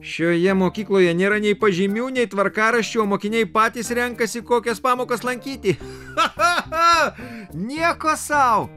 šioje mokykloje nėra nei pažymių nei tvarkaraščių o mokiniai patys renkasi kokias pamokas lankyti nieko sau